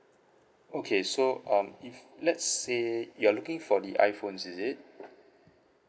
okay so um if let's say you're looking for the iPhone is it